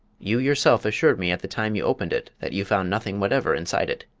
you yourself assured me at the time you opened it that you found nothing whatever inside it.